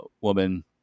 woman